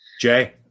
Jay